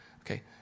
Okay